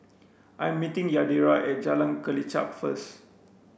I'm meeting Yadira at Jalan Kelichap first